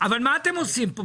אבל מה אתם עושים פה?